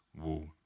wall